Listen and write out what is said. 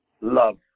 love